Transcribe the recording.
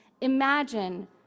imagine